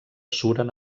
suren